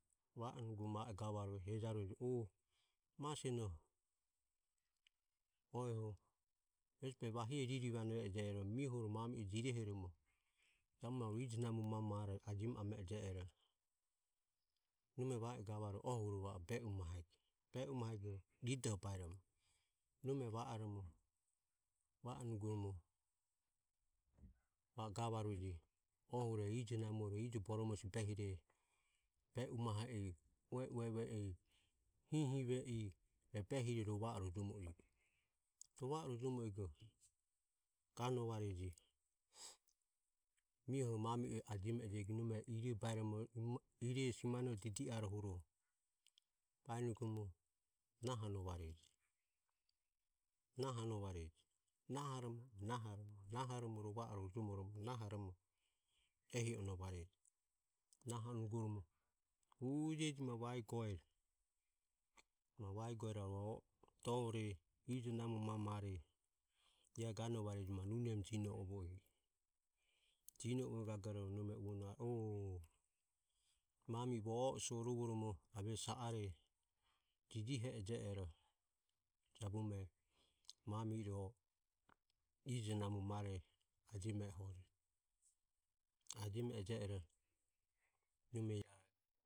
Vaoromo vai i gavarueje, hejarueje o miohuro mami e jirehoromo jabume arue ijo namo mamare ajiomo ame e jie ero. Nome va i gavarue ohuro va o be umaho ego be umaho ego ride baeromo nome va oromo va onugoromo va o gavarueje. Ohuro e ijo namore ijo boromo hesi behire be umahe i ue ueve i hi hive i e behire rova o rojomo ego. Rova orojomo ego ganovareje mioho mami ajiome e jio ego nome ire baeromo ire simanore didi arohuro nahonoareje nahonovareje nahorom nahoromo nahoromo rova o rojomoromo nahoromo ehi onovareje. Nahonugoromo hujeji ma vaegore arue dore ijo namomamare ajiome ero iae ganovareje ma nunemu jino ovo ego. Jino ovo ego gagoro nome uvonovare o mami e vo o e sorovoromo ave sa are jijihe ejie ero jabume mami ro ijo namare ajiome e hojo. Ajiome e jie ero nome ia